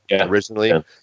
originally